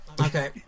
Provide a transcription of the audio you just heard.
Okay